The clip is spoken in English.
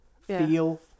feel